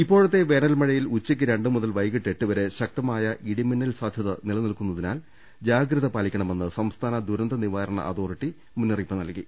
ഇപ്പോഴത്തെ വേനൽമഴയിൽ ഉച്ചയ്ക്ക് രണ്ട് മുതൽ വൈകിട്ട് എട്ടു വരെ ശക്തമായ ഇടിമിന്നൽസാധൃത നിലനിൽക്കുന്നതിനാൽ ജാഗ്രത പാലിക്കണമെന്ന് സംസ്ഥാന ദുരന്ത നിവാരണ അതോറിറ്റിയും മുന്നറി യിപ്പ് നൽകി